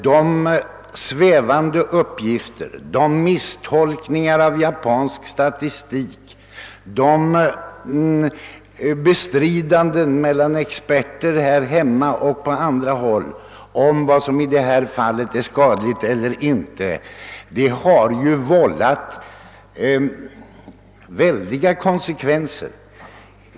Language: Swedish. De svävande uppgifter, de misstolkningar av japansk statistik som förekommit och alla motsägande påståenden mellan experter här hemma och på andra håll om vad som är skadligt eller inte i detta fall har medfört oerhörda konsekvenser.